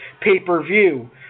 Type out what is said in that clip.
pay-per-view